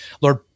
Lord